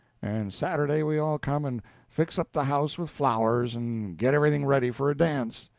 and saturday we all come and fix up the house with flowers, and get everything ready for a dance.